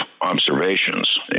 observations